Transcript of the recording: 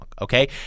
okay